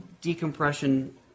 decompression